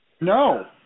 No